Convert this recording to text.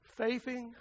faithing